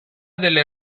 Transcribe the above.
delle